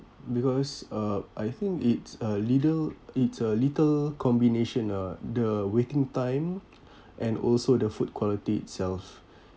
because uh I think it's a little it's a little combination uh the waiting time and also the food quality itself